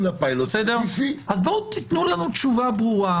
אז תנו לנו תשובה ברורה,